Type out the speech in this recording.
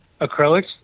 acrylics